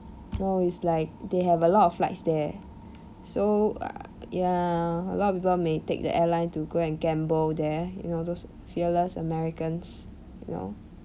no it's like they have a lot of flights there so uh ya a lot of people may take the airline to go and gamble there you know those fearless americans you know